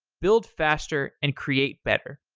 build faster and create better.